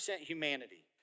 humanity